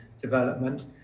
development